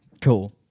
Cool